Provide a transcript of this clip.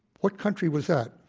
what country was that?